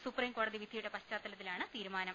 സുപ്രീംകോടതി വിധിയുടെ പശ്ചാത്ത ലത്തിലാണ് തീരുമാനം